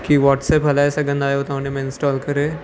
की व्हाटसैप हलाए सघंदा आहियो तव्हां हुनमें इंस्टॉल करे